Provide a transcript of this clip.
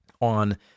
on